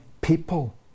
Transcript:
people